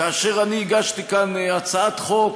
כאשר הגשתי כאן הצעת חוק